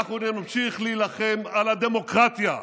אנחנו נמשיך להילחם על הדמוקרטיה,